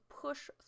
push